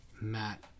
Matt